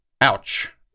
ouch